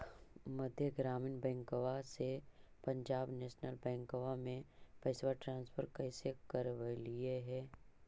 मध्य ग्रामीण बैंकवा से पंजाब नेशनल बैंकवा मे पैसवा ट्रांसफर कैसे करवैलीऐ हे?